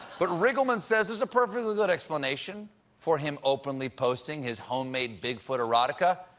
but riggleman says there's a perfectly good explanation for him openly posting his homemade bigfoot erotica.